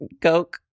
Coke